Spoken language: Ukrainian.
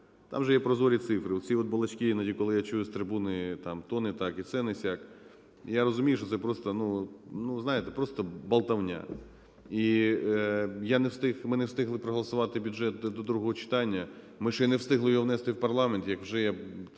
там же є прозорі цифри. Оці от балачки іноді, коли я чую з трибуни там, то не так, і це не сяк, я розумію, що це просто… ну, знаєте, просто болтовня. І я не встиг, ми не встигли проголосувати бюджет до другого читання, ми ще не встигли внести його в парламент, як вже я